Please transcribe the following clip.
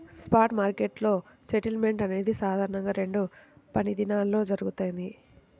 spot మార్కెట్లో settlement అనేది సాధారణంగా రెండు పనిదినాల్లో జరుగుతది,